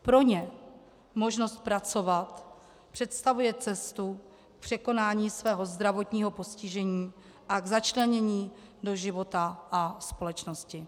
Pro ně možnost pracovat představuje cestu k překonání svého zdravotního postižení a k začlenění do života a společnosti.